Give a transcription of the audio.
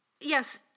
Yes